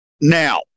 Now